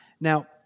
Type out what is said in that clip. Now